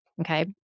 okay